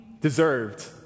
deserved